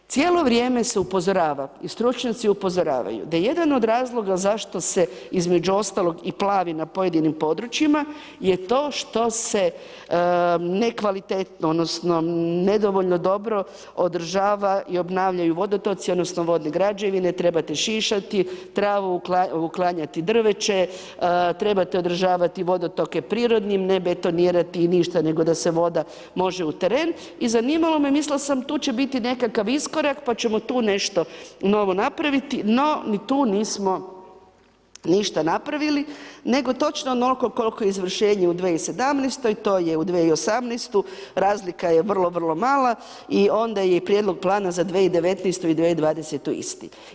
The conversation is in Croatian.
Cijelo vrijeme se upozorava i stručnjaci upozoravaju, da jedan od razloga zašto se između ostalog i plavi na pojedinim područjima je to što se nekvalitetno odnosno nedovoljno dobro održava i obnavljaju se vodotoci odnosno vodne građevine, trebate šišati travu, uklanjati drveće, trebate održavati vodotoke prirodnim, ne betonirati ništa, nego da se voda može u teren, i zanimalo me, mislila sam tu će biti nekakav iskorak pa ćemo tu nešto novo napraviti, no ni tu nismo ništa napravili, nego točno onol'ko koliko je izvršenje u 2017.-oj, to je u 2018.-tu, razlika je vrlo, vrlo mala i onda je Prijedlog Plana za 2019.-tu i 2020.-tu, isti.